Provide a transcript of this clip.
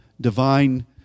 divine